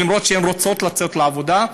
למרות שהן רוצות לצאת לעבודה,